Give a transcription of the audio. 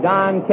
Don